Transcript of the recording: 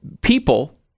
people